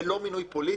זה לא מינוי פוליטי,